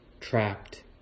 trapped